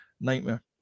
Nightmare